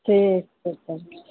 ठीक छै तब